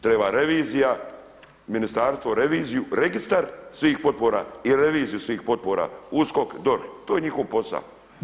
Treba revizija, ministarstvo reviziju, registar svih potpora i reviziju svih potpora, USKOK, DORH to je njihov posa.